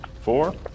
four